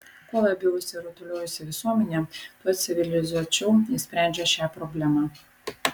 kuo labiau išsirutuliojusi visuomenė tuo civilizuočiau ji sprendžia šią problemą